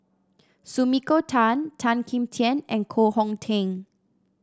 Sumiko Tan Tan Kim Tian and Koh Hong Teng